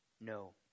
No